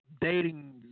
dating